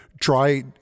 try